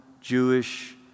Jewish